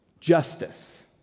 justice